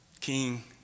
King